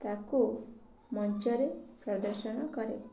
ତାକୁ ମଞ୍ଚରେ ପ୍ରଦର୍ଶନ କରେ